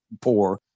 poor